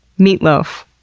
meatloaf,